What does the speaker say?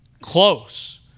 Close